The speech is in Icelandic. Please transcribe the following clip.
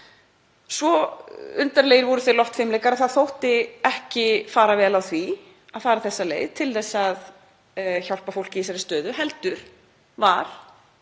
Svo undarlegir voru þeir loftfimleikar að ekki þótti fara vel á því að fara þessa leið til að hjálpa fólki í þessari stöðu heldur var